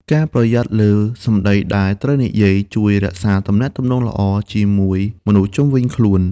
ការប្រយ័ត្នលើសម្ដីដែលត្រូវនិយាយ ជួយរក្សាទំនាក់ទំនងល្អជាមួយមនុស្សជុំវិញខ្លួន។